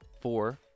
four